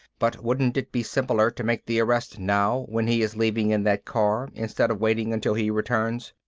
but wouldn't it be simpler to make the arrest now, when he is leaving in that car, instead of waiting until he returns?